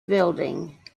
building